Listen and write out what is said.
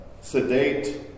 sedate